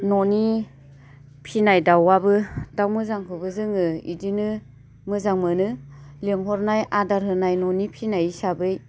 न'नि फिसिनाय दाउआबो दाउ मोजांखौबो जोङो बिदिनो मोजां मोनो लेंहरनाय आदार होनाय न'नि फिसिनाय हिसाबै